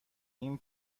این